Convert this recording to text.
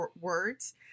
words